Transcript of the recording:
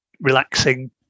relaxing